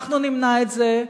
אנחנו נמנע את זה,